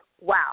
wow